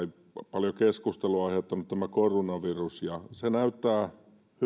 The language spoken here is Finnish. paljon keskustelua aiheuttanut tämä koronavirus ja se